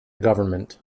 government